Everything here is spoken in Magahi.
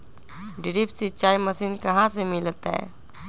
ड्रिप सिंचाई मशीन कहाँ से मिलतै?